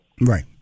Right